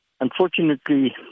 Unfortunately